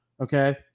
Okay